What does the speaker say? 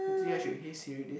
you think I should hey Siri this